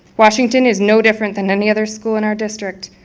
washington is no different than any other school in our district.